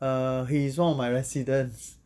uh he is one of my residents